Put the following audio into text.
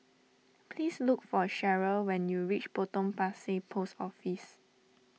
please look for Cherryl when you reach Potong Pasir Post Office